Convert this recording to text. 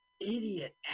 idiot